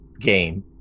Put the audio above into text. game